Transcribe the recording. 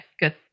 good